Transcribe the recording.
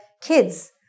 kids